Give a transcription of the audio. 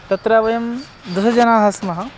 तत्र वयं दशजनाः स्मः